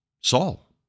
Saul